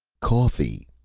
coffee,